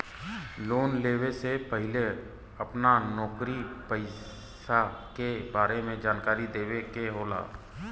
Loan लेवे से पहिले अपना नौकरी पेसा के बारे मे जानकारी देवे के होला?